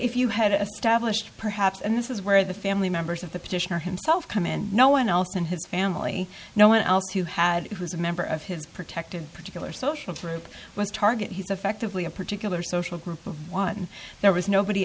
if you had a stablished perhaps and this is where the family members of the petitioner himself come in no one else in his family no one else who had who's a member of his protected particular social group was target he's effectively a particular social group of one and there was nobody